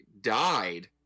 died